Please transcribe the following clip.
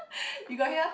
you got hear